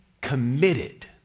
committed